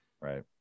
Right